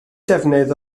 defnydd